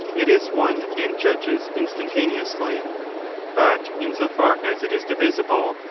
it is one and judges instantaneously but, in so far as it is divisible,